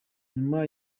nyuma